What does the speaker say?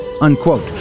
Unquote